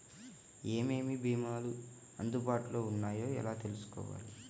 ఏమేమి భీమాలు అందుబాటులో వున్నాయో ఎలా తెలుసుకోవాలి?